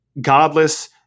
godless